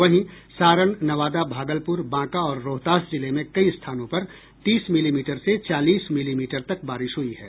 वहीं सारण नवादा भागलपुर बांका और रोहतास जिले में कई स्थानों पर तीस मिलीमीटर से चालीस मिलीमीटर तक बारिश हुई है